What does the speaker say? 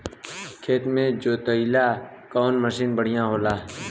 खेत के जोतईला कवन मसीन बढ़ियां होला?